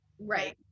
Right